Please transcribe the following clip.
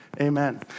amen